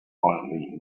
violently